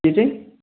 के चाहिँ